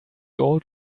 old